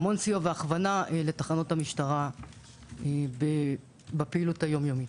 המון סיוע והכוונה לתחנות המשטרה בפעילות היום-יומית.